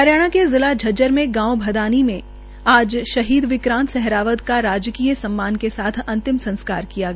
हरियाणा के जिला झज्जर के गांव भदानी में आज शहीद विक्रांत सहरावत का राजकीय सम्मान के साथ अंतिम संस्कार किया गया